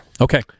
Okay